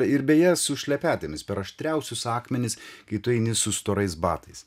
ir beje su šlepetėmis per aštriausius akmenis kai tu eini su storais batais